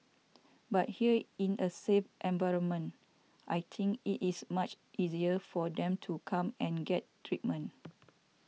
but here in a safe environment I think it is much easier for them to come and get treatment